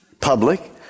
Public